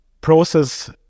process